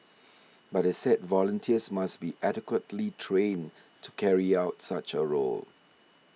but they said volunteers must be adequately trained to carry out such a role